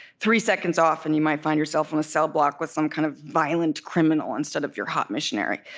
three seconds off, and you might find yourself in a cell block with some kind of violent criminal, instead of your hot missionary